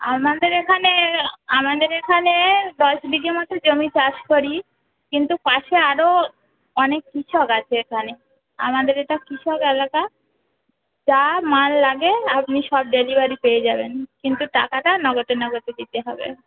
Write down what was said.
আমাদের এখানে আমাদের এখানে দশ বিঘের মতো জমি চাষ করি কিন্তু পাশে আরো অনেক কৃষক আছে এখানে আমাদের এটা কৃষক এলাকা যা মাল লাগে আপনি সব ডেলিভারি পেয়ে যাবেন কিন্তু টাকাটা নগদে নগদে দিতে হবে